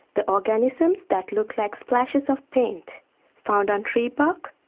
the organisms that look like splashes of paint found on tree bark,